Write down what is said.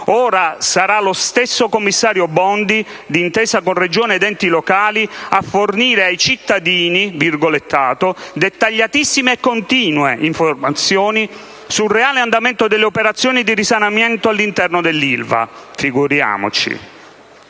Ora sarà lo stesso commissario Bondi, d'intesa con Regione ed enti locali, a fornire ai cittadini «dettagliatissime» e «continue» informazioni sul reale andamento delle operazioni di risanamento all'interno dell'Ilva. Figuriamoci!